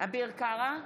אביר קארה,